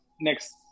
next